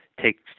take